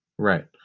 Right